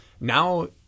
now